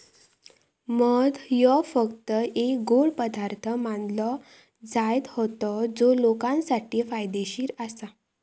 मध ह्यो फक्त एक गोड पदार्थ मानलो जायत होतो जो लोकांसाठी फायदेशीर आसा